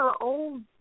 old